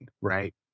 right